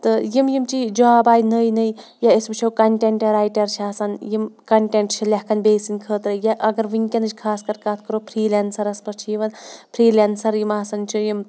تہٕ یِم یِم چی جاب آے نٔے نٔے یا أسۍ وٕچھو کَنٹٮ۪نٛٹ رایٹَر چھِ آسان یِم کَنٹٮ۪نٛٹ چھِ لیکھان بیٚیہِ سٕنٛدِ خٲطرٕ یا اگر وٕنۍکٮ۪نٕچ خاص کَر کَتھ کَرو فِرٛیٖلٮ۪نسَرَس پٮ۪ٹھ چھِ یِوان فِرٛیٖلٮ۪نسَر یِم آسان چھِ یِم